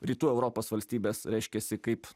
rytų europos valstybes reiškiasi kaip